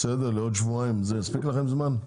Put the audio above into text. בסדר לעוד שבועיים זה יספיק לכם זמן?